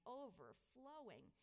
overflowing